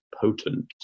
potent